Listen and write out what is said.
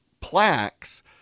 plaques